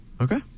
Okay